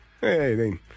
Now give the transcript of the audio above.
hey